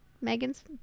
megan's